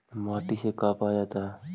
माटी से का पाया जाता है?